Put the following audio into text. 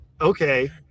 Okay